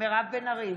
מירב בן ארי,